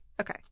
Okay